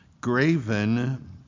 graven